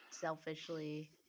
selfishly